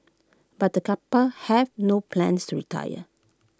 but the couple have no plans to retire